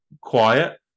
quiet